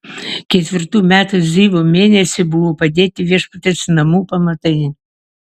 ketvirtų metų zivo mėnesį buvo padėti viešpaties namų pamatai